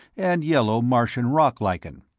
and yellow martian rock lichen.